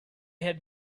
had